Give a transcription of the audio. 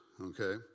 okay